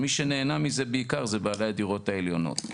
מי שנהנה מזה בעיקר הם בעלי הדירות העליונות.